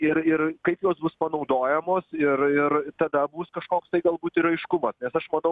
ir ir kaip jos bus panaudojamos ir ir tada bus kažkoks tai galbūt ir aiškumas aš manau